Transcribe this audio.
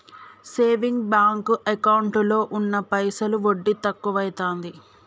saving bank ఎకౌంటులో ఉన్న పైసలు వడ్డి తక్కువైతాంది